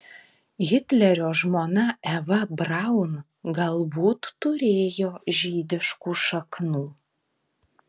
hitlerio žmona eva braun galbūt turėjo žydiškų šaknų